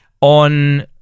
on